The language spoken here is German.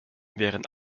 wären